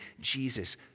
Jesus